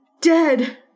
dead